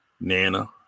Nana